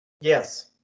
Yes